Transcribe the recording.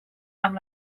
amb